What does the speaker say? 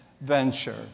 venture